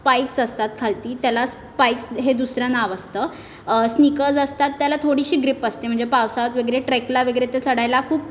spikes असतात खालती त्याला स्पाईक्स हे दुसरं नाव असतं स्नीकर्स असतात त्याला थोडीशी ग्रीप असते म्हणजे पावसात वगैरे ट्रेकला वगैरे ते चढायला खूप